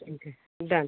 ठीक है डन